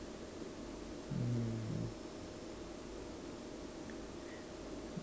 mm